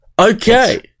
okay